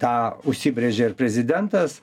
tą užsibrėžė ir prezidentas